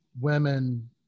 women